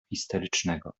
histerycznego